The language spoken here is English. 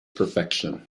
perfection